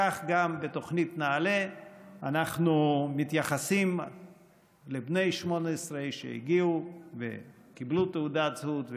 כך גם בתוכנית נעל"ה אנחנו מתייחסים לבני 18 שהגיעו וקיבלו תעודת זהות,